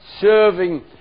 serving